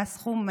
שהיה הסכום,